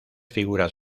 figuras